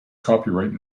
copyright